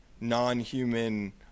non-human